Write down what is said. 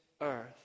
earth